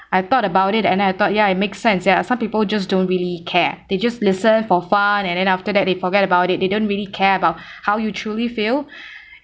I thought about it and then I thought ya it makes sense yeah some people just don't really care they just listen for fun and then after that they forget about it they don't really care about how you truly feel